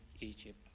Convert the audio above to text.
Egypt